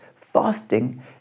fasting